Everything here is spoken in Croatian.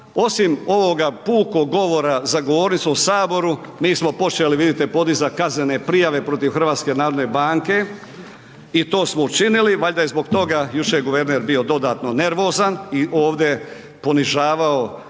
osim ovoga pukoga govora za govornicom u saboru mi smo počeli vidite podizati kaznene prijave protiv HNB-a i to smo učinili valjda je zbog toga jučer guverner bio dodatno nervozan i ovdje ponižavao